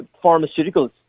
pharmaceuticals